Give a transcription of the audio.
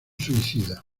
suicida